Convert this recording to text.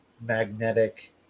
magnetic